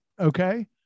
okay